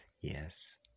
yes